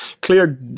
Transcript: clear